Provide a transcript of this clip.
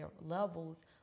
levels